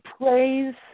praise